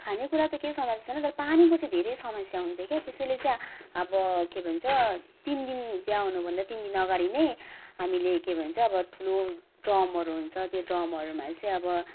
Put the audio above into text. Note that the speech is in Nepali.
खानेकुरा त केही समस्या छैन तर पानीको चाहिँ घेरै समस्या हुन्थ्यो क्या त्यसैले चाहिँ अब के भन्छ तिन दिन बिहा हुनुभन्दा तिन दिनअगाडि नै हामीले के भन्छ अब ठुलो ड्रमहरू हुन्छ त्यो ड्रमहरूमा चाहिँ अब